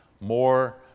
more